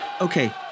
Okay